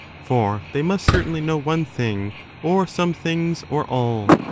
for they must certainly know one thing or some things or all.